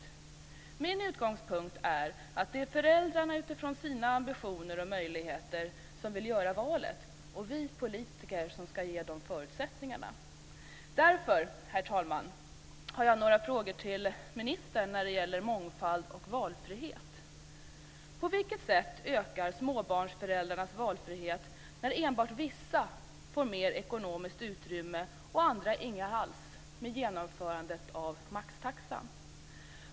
Min utgångspunkt är att det är föräldrarna utifrån sina ambitioner och möjligheter som vill göra valet och vi som politiker som ska ge dem förutsättningarna. Herr talman! Därför har jag några frågor till ministern när det gäller mångfald och valfrihet. På vilket sätt ökar småbarnsföräldrarnas valfrihet när enbart vissa får mer ekonomiskt utrymme och andra inget alls genom genomförandet av maxtaxan?